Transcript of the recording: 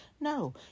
no